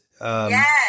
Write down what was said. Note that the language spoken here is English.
Yes